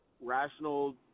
rational